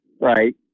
right